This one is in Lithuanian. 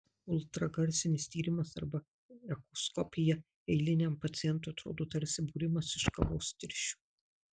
ultragarsinis tyrimas arba echoskopija eiliniam pacientui atrodo tarsi būrimas iš kavos tirščių